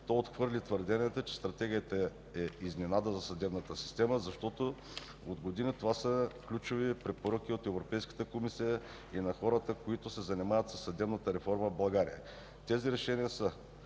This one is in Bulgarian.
Той отхвърли твърденията, че Стратегията е изненада за съдебната система, защото от години това са ключовите препоръки на Европейската комисия и на хората, които се занимават със съдебна реформа в България. Тези решения са